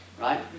right